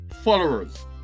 followers